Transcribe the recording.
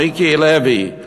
מיקי לוי,